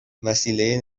وسیله